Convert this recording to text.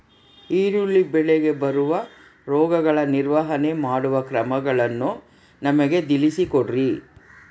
ಈರುಳ್ಳಿ ಬೆಳೆಗೆ ಬರುವ ರೋಗಗಳ ನಿರ್ವಹಣೆ ಮಾಡುವ ಕ್ರಮಗಳನ್ನು ನಮಗೆ ತಿಳಿಸಿ ಕೊಡ್ರಿ?